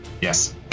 Yes